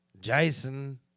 Jason